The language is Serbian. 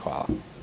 Hvala.